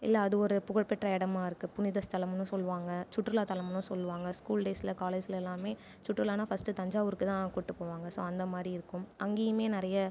இல்லை அது ஒரு புகழ்பெற்ற இடமாக இருக்கு புனித ஸ்தலம்ன்னு சொல்லுவாங்க சுற்றுலா ஸ்தலம்ன்னு சொல்லுவாங்க ஸ்கூல் டேஸில் காலேஜில் எல்லாமே சுற்றுலானா ஃபர்ஸ்ட் தஞ்சாவூருக்கு தான் கூட்டிகிட்டு போவாங்க ஸோ அந்தமாதிரிருக்கும் அங்கேயுமே நிறைய